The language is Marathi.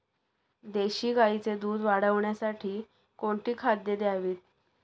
देशी गाईचे दूध वाढवण्यासाठी कोणती खाद्ये द्यावीत?